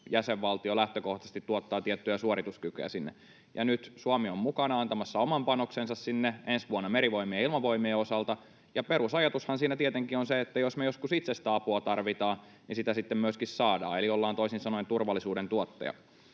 jäsenvaltio lähtökohtaisesti tuottaa tiettyjä suorituskykyjä sinne, ja nyt Suomi on mukana antamassa oman panoksensa sinne, ensi vuonna Merivoimien ja Ilmavoimien osalta. Perusajatushan siinä tietenkin on se, että jos me joskus itse sitä apua tarvitaan, niin sitä sitten myöskin saadaan, eli ollaan toisin sanoen turvallisuuden tuottaja.